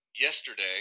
yesterday